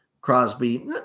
Crosby